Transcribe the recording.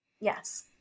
Yes